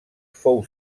fou